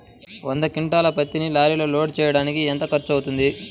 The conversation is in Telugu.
వంద క్వింటాళ్ల పత్తిని లారీలో లోడ్ చేయడానికి ఎంత ఖర్చవుతుంది?